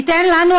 תיתן לנו,